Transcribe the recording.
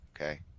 okay